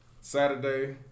Saturday